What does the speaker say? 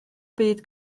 byd